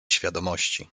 świadomości